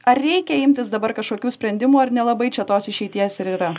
ar reikia imtis dabar kažkokių sprendimų ar nelabai čia tos išeities ir yra